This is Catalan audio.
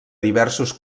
diversos